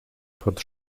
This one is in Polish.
pod